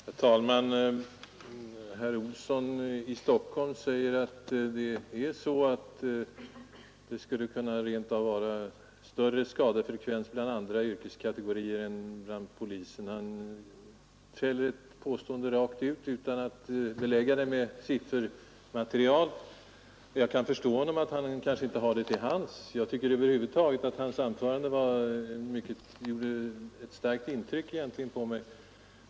Herr talman! Herr Olsson i Stockholm sade att det rent av kan förekomma större skadefrekvens inom andra yrkeskategorier än inom polisen. Han gjorde detta påstående ”rakt ut” och försökte inte belägga det med något siffermaterial. Herr Olsson kanske inte har sådant material till hands, och då kan jag förstå honom. Annars gjorde herr Olssons anförande om olycksriskerna på arbetsplatserna intryck på mig.